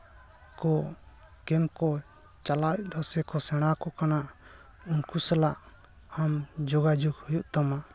ᱠᱚ ᱠᱮᱢ ᱠᱚ ᱪᱟᱞᱟᱣᱮᱫ ᱫᱚᱠᱚ ᱥᱮ ᱥᱮᱬᱟᱣᱟᱠᱚ ᱠᱟᱱᱟ ᱩᱱᱠᱩ ᱥᱟᱞᱟᱜ ᱟᱢ ᱡᱳᱜᱟᱡᱳᱜᱽ ᱦᱩᱭᱩᱜ ᱛᱟᱢᱟ